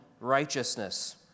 righteousness